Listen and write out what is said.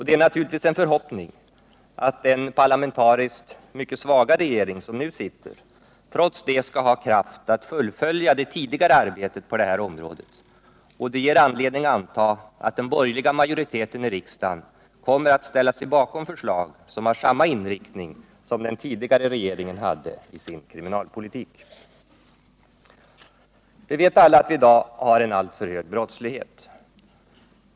Det är naturligtvis en förhoppning att den parlamentariskt mycket svaga regering som nu sitter trots allt skall ha kraft att fullfölja det tidigare arbetet på detta område. Det ger anledning anta att den borgerliga majoriteten i riksdagen kommer att ställa sig bakom förslag som har samma inriktning som den tidigare regeringen hade i sin kriminalpolitik. Vi vet alla att brottsligheten i dag är alltför hög.